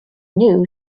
new